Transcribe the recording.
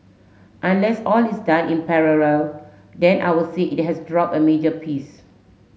unless all is done in parallel then I'll say it has dropped a major piece